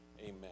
Amen